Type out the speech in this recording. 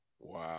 Wow